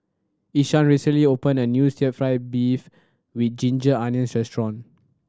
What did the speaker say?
Ishaan recently opened a new still fried beef with ginger onions restaurant